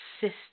system